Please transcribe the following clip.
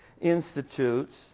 institutes